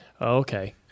Okay